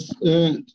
Yes